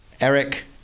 Eric